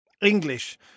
English